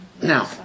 Now